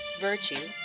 virtue